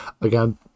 again